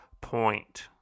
point